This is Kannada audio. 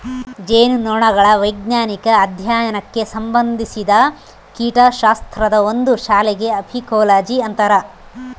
ಜೇನುನೊಣಗಳ ವೈಜ್ಞಾನಿಕ ಅಧ್ಯಯನಕ್ಕೆ ಸಂಭಂದಿಸಿದ ಕೀಟಶಾಸ್ತ್ರದ ಒಂದು ಶಾಖೆಗೆ ಅಫೀಕೋಲಜಿ ಅಂತರ